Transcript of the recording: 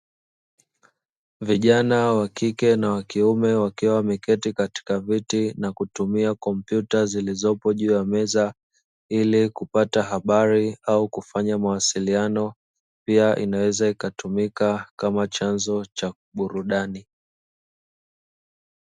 Vijana wakike na wakiume wakiwa wameketi katika viti na kutumia kompyuta zilizopo juu ya meza ili kupata habari au kupata mawasiliano, pia inaweza ikatumika kama chanzo cha burudani.